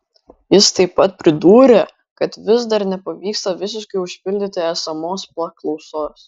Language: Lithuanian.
jis taip pat pridūrė kad vis dar nepavyksta visiškai užpildyti esamos paklausos